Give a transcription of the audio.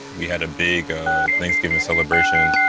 we had a big thanksgiving celebration,